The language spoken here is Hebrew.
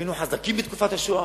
היינו חזקים בתקופת השואה,